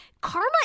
Karma